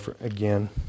again